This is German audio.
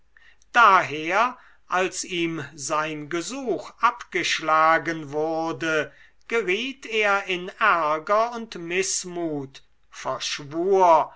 daher als ihm sein gesuch abgeschlagen wurde geriet er in ärger und mißmut verschwur